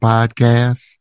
Podcast